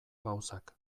gauzak